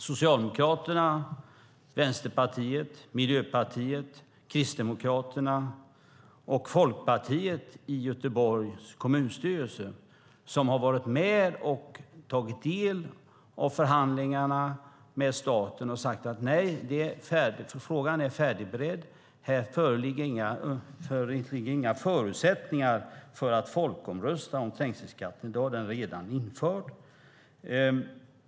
Socialdemokraterna, Vänsterpartiet, Miljöpartiet, Kristdemokraterna och Folkpartiet i Göteborgs kommunstyrelse har varit med och tagit del av förhandlingarna med staten och sagt: Nej, frågan är färdigberedd. Här föreligger inga förutsättningar för att folkomrösta om trängselskatten då den redan är införd.